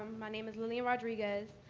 my name is lilian rodriquez,